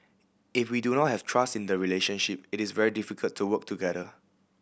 if we do not have trust in the relationship it is very difficult to work together